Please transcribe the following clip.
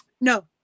No